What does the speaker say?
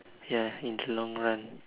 ya in the long run